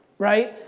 right?